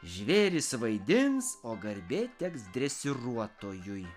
žvėrys vaidins o garbė teks dresiruotojui